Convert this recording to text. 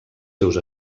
seus